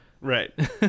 Right